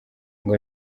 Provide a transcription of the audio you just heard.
ngo